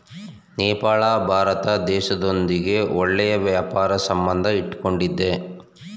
ನೇಪಾಳ ಭಾರತ ದೇಶದೊಂದಿಗೆ ಒಳ್ಳೆ ವ್ಯಾಪಾರ ಸಂಬಂಧ ಇಟ್ಕೊಂಡಿದ್ದೆ